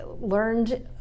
learned